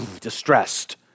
distressed